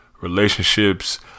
relationships